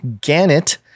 Gannett